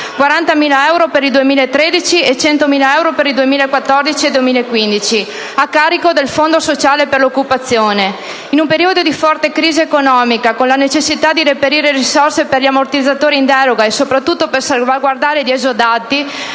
40.000 euro per il 2013 e 100.000 euro per il 2014 e 2015 a carico del Fondo sociale per l'occupazione. In un periodo di forte crisi economica, con la necessità di reperire risorse per gli ammortizzatori in deroga e soprattutto per salvaguardare gli esodati,